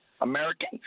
American